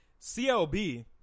CLB